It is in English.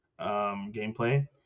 gameplay